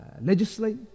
legislate